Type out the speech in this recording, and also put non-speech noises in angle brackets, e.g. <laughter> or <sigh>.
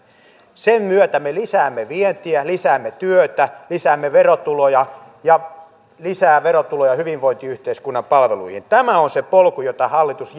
sen myötä me lisäämme vientiä lisäämme työtä lisäämme verotuloja ja saamme lisää verotuloja hyvinvointiyhteiskunnan palveluihin tämä on se polku jota hallitus <unintelligible>